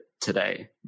today